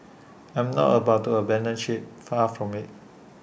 I am not about to abandon ship far from IT